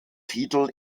titel